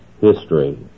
history